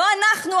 לא אנחנו,